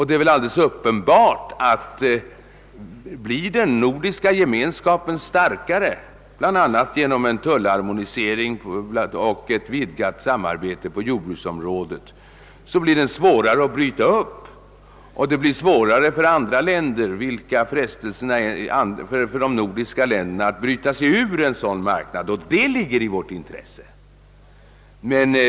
Det är väl alldeles uppenbart att blir den nordiska gemenskapen starkare, bland annat genom tullharmonisering och ett vidgat samarbete på jordbruksområdet, blir det svårare för de nordiska länderna att bryta sig ur en sådan marknad. Det ligger i vårt intresse.